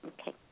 Okay